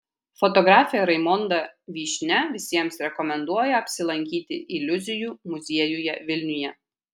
fotografė raimonda vyšnia visiems rekomenduoja apsilankyti iliuzijų muziejuje vilniuje